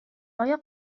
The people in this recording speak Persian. آیا